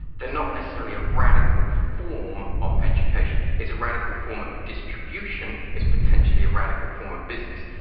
they are not necessarily a radical form of education. it's a radical form of distribution, it's potentially a radical form of business,